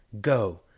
go